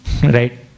Right